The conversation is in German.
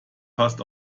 passt